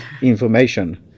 information